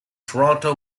toronto